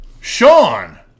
Sean